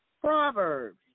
Proverbs